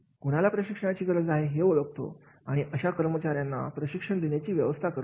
कुणाला प्रशिक्षणाची गरज आहे हे ओळखतो आणि अशा कर्मचाऱ्यांना प्रशिक्षण देण्याची व्यवस्था करतो